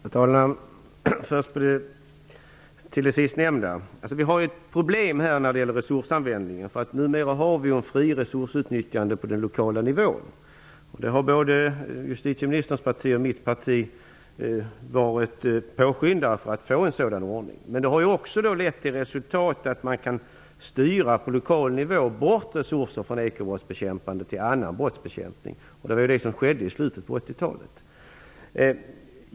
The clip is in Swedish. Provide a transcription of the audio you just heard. Fru talman! Först till det sistnämnda. Vi har ett problem när det gäller resursanvändningen. Numera har vi ett fritt resursutnyttjande på den lokala nivån. En sådan ordning har både justitieministerns parti och mitt parti varit påskyndare av. Men det har också lett till resultatet att man på lokal nivå kan styra bort resurser från ekobrottsbekämpande till annan brottsbekämpning. Det var det som skedde i slutet av 80-talet.